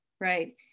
right